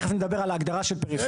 ותכף אנחנו נדבר על ההגדרה של פריפריה.